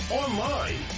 online